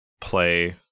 play